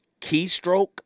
keystroke